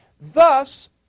Thus